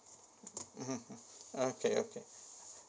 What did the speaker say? mmhmm hmm okay okay